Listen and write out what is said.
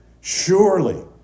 Surely